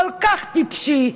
כל כך טיפשי.